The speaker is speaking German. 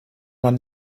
man